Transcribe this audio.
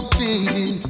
baby